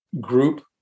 group